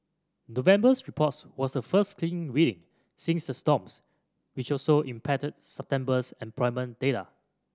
November's reports was the first clean reading since the storms which also impacted September's employment data